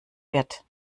wird